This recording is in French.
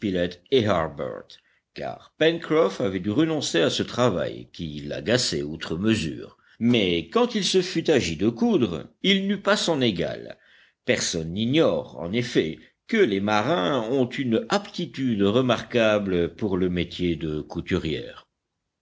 car pencroff avait dû renoncer à ce travail qui l'agaçait outre mesure mais quand il se fut agi de coudre il n'eut pas son égal personne n'ignore en effet que les marins ont une aptitude remarquable pour le métier de couturière